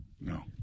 no